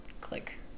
click